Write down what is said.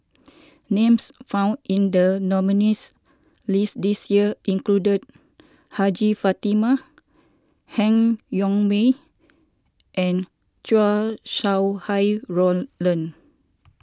names found in the nominees' list this year include Hajjah Fatimah Han Yong May and Chow Sau Hai Roland